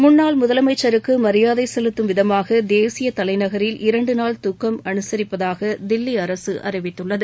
முன்னாள் முதலமைச்சருக்கு மரியாதை செலுத்தும் விதமாக தேசிய தலைநகரில் இரண்டு நாள் துக்கம் அனுசரிப்பதாக தில்லி அரசு அறிவித்துள்ளது